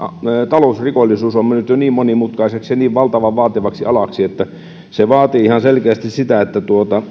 talousrikollisuus on mennyt jo niin monimutkaiseksi ja niin valtavan vaativaksi alaksi että se vaatii ihan selkeästi sitä että